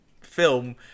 film